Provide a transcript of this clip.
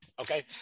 Okay